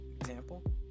example